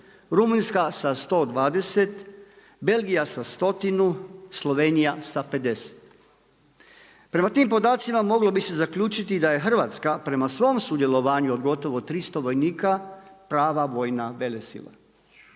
Rumunjska sa 120, Belgija sa stotinu, Slovenija sa 50. Prema tim podacima moglo bi se zaključiti da je Hrvatska prema svom sudjelovanju od gotovo 300 vojnika prava vojna velesila.